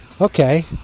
Okay